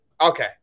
Okay